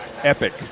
Epic